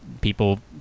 people